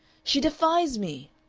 she defies me!